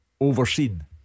overseen